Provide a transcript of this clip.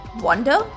wonder